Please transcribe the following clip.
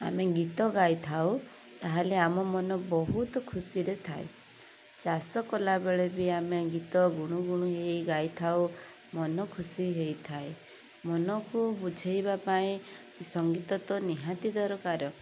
ଆମେ ଗୀତ ଗାଇଥାଉ ତା'ହେଲେ ଆମ ମନ ବହୁତ ଖୁସିରେ ଥାଏ ଚାଷ କଲାବେଳେ ବି ଆମେ ଗୀତ ଗୁଣୁ ଗୁଣୁ ହେଇ ଗାଇଥାଉ ମନ ଖୁସି ହେଇଥାଏ ମନକୁ ବୁଝାଇବା ପାଇଁ ସଙ୍ଗୀତ ତ ନିହାତି ଦରକାର